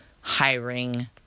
hiring